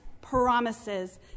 promises